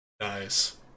Nice